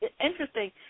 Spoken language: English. interesting